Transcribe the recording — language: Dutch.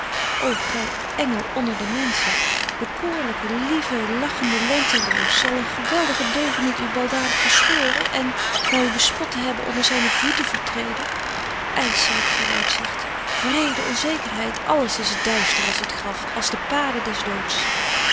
ô gy engel onder de menschen bekoorlyke lieve lachende lenteroos zal een geweldige deugeniet u baldadig verscheuren en na u bespot te hebben onder zyne voeten vertreden ysselyk vooruitzicht wrede onzekerheid alles is duister als het graf als de paden des